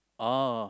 oh